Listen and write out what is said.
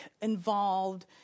involved